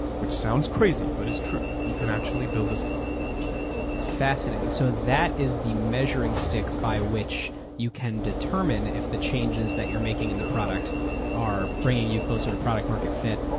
which sounds crazy, but it's true. you can actually build this thing. it's fascinating. so that is the measuring stick by which you can determine if the changes that you're making in the product are bringing you closer to product market fit.